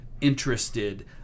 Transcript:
interested